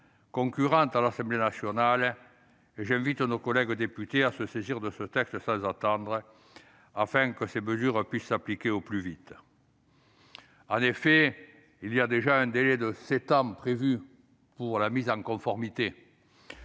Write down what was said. concurrentes à l'Assemblée nationale, et j'invite nos collègues députés à se saisir de ce texte sans attendre, afin que ces mesures puissent s'appliquer au plus vite. En effet, un délai de sept ans est d'ores et déjà prévu pour la mise en conformité.